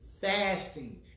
Fasting